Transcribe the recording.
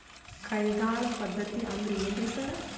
ಕೈಗಾಳ್ ಪದ್ಧತಿ ಅಂದ್ರ್ ಏನ್ರಿ ಸರ್?